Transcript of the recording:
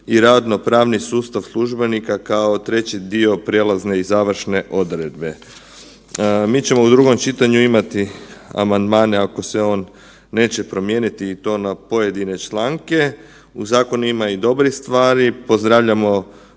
i radnopravni sustav službenika kao treći dio prijelazne i završne odredbe. Mi ćemo u drugom čitanju imati amandmane ako se on neće promijeniti i to na pojedine članke. U zakonu ima i dobrih stvari, pozdravljamo